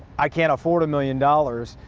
i can't afford a million dollars.